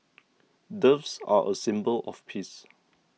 doves are a symbol of peace